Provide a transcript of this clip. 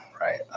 right